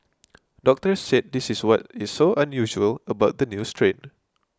doctors said this is what is so unusual about the new strain